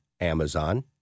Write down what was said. Amazon